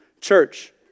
church